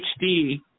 HD